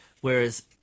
whereas